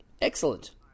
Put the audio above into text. Excellent